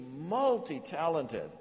multi-talented